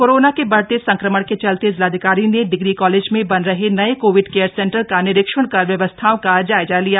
corona के बढ़ते संक्रमण के चलते जिलाधिकारी ने डिग्री कॉलेज में बन रहे नए कोविड केयर सेंटर का निरीक्षण कर व्यवस्थाओं का जायजा लिया